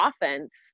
offense